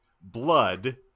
Blood